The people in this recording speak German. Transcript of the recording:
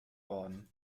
worden